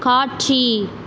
காட்சி